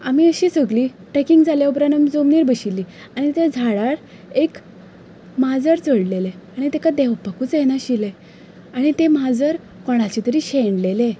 आमी अशी सगळीं ट्रेकींग जा लें उपरांत जमनीर बशिल्लीं आनी त्या झाडार एक माजर चडलेलें आनी ताका देंवपाकच येनाशिल्लें आनी तें माजर कोणाचें तरी शेणलेलें